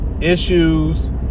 issues